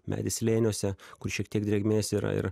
medis slėniuose kur šiek tiek drėgmės yra ir